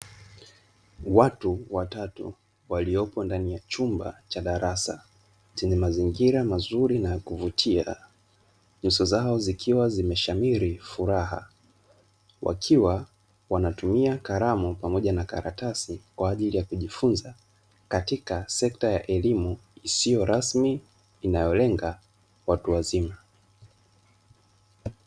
Watu watatu waliopo ndani ya chumba cha darasa chenye mazingira mazuri na kuvutia nyuso zao zikiwa zimeshamiri furaha, wakiwa wanatumia kalamu pamoja na karatasi kwa ajili ya kujifunza katika sekta ya elimu isiyo rasmi inayolenga watu wazima.